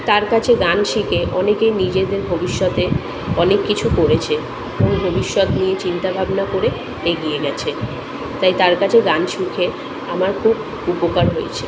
তার কাছে গান শিখে অনেকেই নিজেদের ভবিষ্যতে অনেক কিছু করেছে এবং ভবিষ্যৎ নিয়ে চিন্তা ভাবনা করে এগিয়ে গেছে তাই তার কাছে গান শিখে আমার খুব উপকার হয়েছে